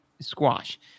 Squash